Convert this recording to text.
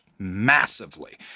massively